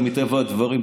מטבע הדברים,